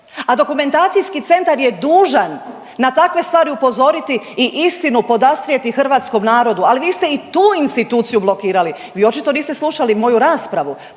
a dokumentacijski centar je dužan na takve stvari upozoriti i istinu podastrijeti hrvatskom narodu, ali vi ste i tu instituciju blokirali. Vi očito niste slušali moju raspravu,